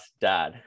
Dad